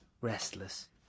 Restless